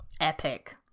Epic